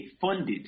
funded